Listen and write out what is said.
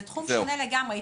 זה תחום שונה לגמרי.